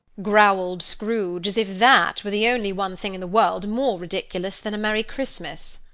growled scrooge, as if that were the only one thing in the world more ridiculous than a merry christmas.